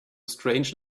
strange